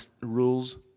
rules